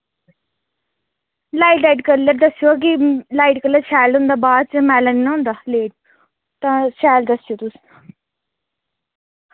light light colour दस्सेओ कि light colour शैल होंदा बाद च मैला नि ना होंदा लेट तां शैल दस्सेओ तुस